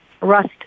Rust